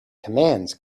commands